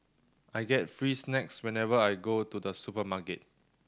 I get free snacks whenever I go to the supermarket